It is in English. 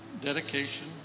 dedication